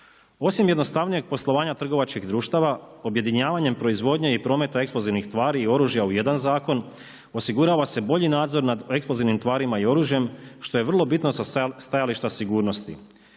Osim jednostavnijeg poslovanja trgovačkih društava objedinjavanjem proizvodnje i prometa eksplozivnih tvari i oružja u jedan zakon osigurava se bolji nadzor nad eksplozivnim tvarima i oružjem što je vrlo bitno sa stajališta sigurnosti.